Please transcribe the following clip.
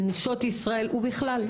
לנשות ישראל ובכלל,